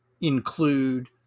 include